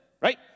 right